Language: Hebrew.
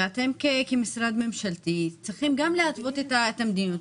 ואתם כמשרד ממשלתי צריכים להתוות את המדיניות.